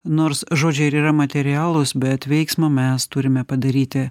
nors žodžiai ir yra materialūs bet veiksmą mes turime padaryti